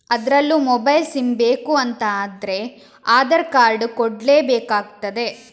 ಅದ್ರಲ್ಲೂ mobile sim ಬೇಕು ಅಂತ ಆದ್ರೆ ಆಧಾರ್ ಕಾರ್ಡ್ ಕೊಡ್ಲೇ ಬೇಕಾಗ್ತದೆ